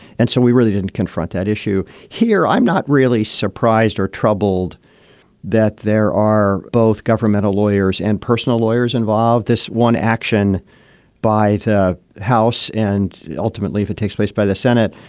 and so we really didn't confront that issue here i'm not really surprised or troubled that there are both governmental lawyers and personal lawyers involved. this one action by the house. and ultimately, if it takes place by the senate,